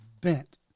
bent